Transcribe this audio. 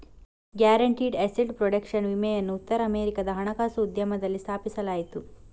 guaranteed asset protection ವಿಮೆಯನ್ನು ಉತ್ತರ ಅಮೆರಿಕಾದ ಹಣಕಾಸು ಉದ್ಯಮದಲ್ಲಿ ಸ್ಥಾಪಿಸಲಾಯಿತು